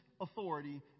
authority